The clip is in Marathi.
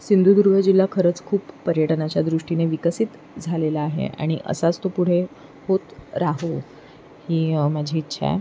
सिंधुदुर्ग जिल्हा खरंच खूप पर्यटनाच्या दृष्टीने विकसित झालेला आहे आणि असाच तो पुढे होत राहो ही माझी इच्छा आहे